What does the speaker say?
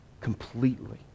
completely